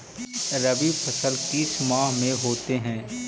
रवि फसल किस माह में होते हैं?